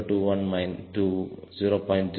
021 0